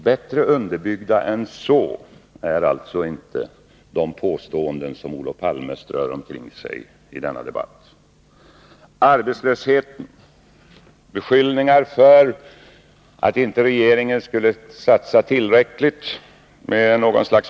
Bättre underbyggda än så är inte de påståenden som Olof Palme strör omkring sig i denna debatt, beskyllningar om arbetslöshet och otillräckliga satsningar från regeringens sida.